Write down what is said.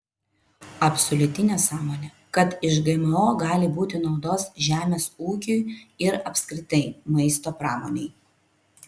absoliuti nesąmonė kad iš gmo gali būti naudos žemės ūkiui ir apskritai maisto pramonei